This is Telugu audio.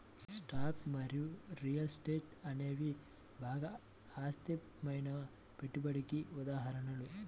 స్టాక్స్ మరియు రియల్ ఎస్టేట్ అనేవి బాగా అస్థిరమైన పెట్టుబడికి ఉదాహరణలు